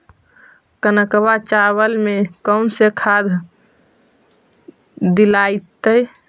कनकवा चावल में कौन से खाद दिलाइतै?